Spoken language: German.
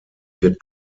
wird